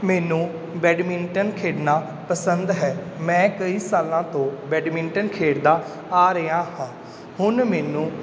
ਮੈਨੂੰ ਬੈਡਮਿੰਟਨ ਖੇਡਣਾ ਪਸੰਦ ਹੈ ਮੈਂ ਕਈ ਸਾਲਾਂ ਤੋਂ ਬੈਡਮਿੰਟਨ ਖੇਡਦਾ ਆ ਰਿਹਾ ਹਾਂ ਹੁਣ ਮੈਨੂੰ